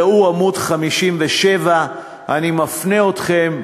ראו עמוד 57. אני מפנה אתכם,